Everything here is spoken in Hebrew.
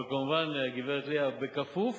אבל כמובן, הגברת ליה, כפוף